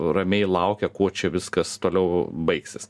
ramiai laukia kuo čia viskas toliau baigsis